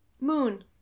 Moon